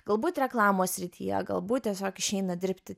galbūt reklamos srityje galbūt tiesiog išeina dirbti